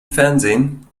fernsehen